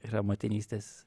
yra motinystės